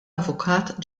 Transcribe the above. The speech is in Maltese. avukat